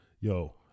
Yo